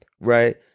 right